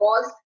cause